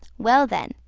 well, then,